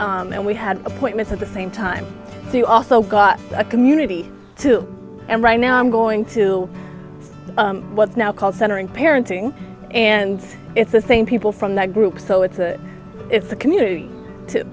then we had appointments at the same time you also got a community too and right now i'm going to what's now called center in parenting and it's the same people from that group so it's a it's a community to